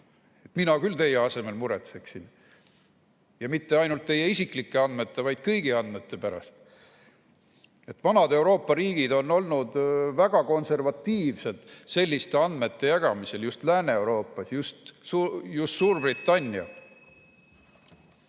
Mina küll teie asemel muretseksin ja mitte ainult teie isiklike andmete, vaid kõigi andmete pärast. Vanad Euroopa riigid on olnud väga konservatiivsed selliste andmete jagamisel, just Lääne-Euroopas, just Suurbritannias.